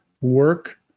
work